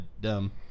dumb